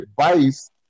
advice